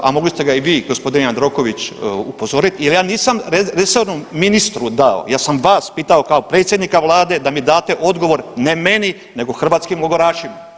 238, a mogli ste ga i vi, g. Jandroković, upozoriti jer ja nisam resornom ministru dao, ja sam vas pitao kao predsjednika Vlade da mi date odgovor, ne meni nego hrvatskim logorašima.